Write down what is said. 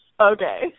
Okay